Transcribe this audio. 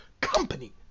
company